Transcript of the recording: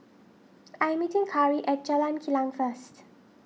I am meeting Khari at Jalan Kilang first